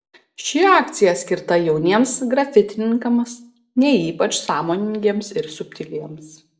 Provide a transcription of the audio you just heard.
ši akcija skirta jauniems grafitininkams ne ypač sąmoningiems ir subtiliems